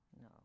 No